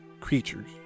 creatures